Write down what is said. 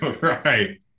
Right